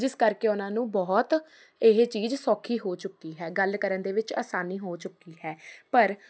ਜਿਸ ਕਰਕੇ ਉਹਨਾਂ ਨੂੰ ਬਹੁਤ ਇਹ ਚੀਜ਼ ਸੌਖੀ ਹੋ ਚੁੱਕੀ ਹੈ ਗੱਲ ਕਰਨ ਦੇ ਵਿੱਚ ਆਸਾਨੀ ਹੋ ਚੁੱਕੀ ਹੈ ਪਰ